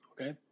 Okay